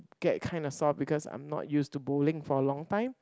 get kind of soft because I'm not use to bowling for a long time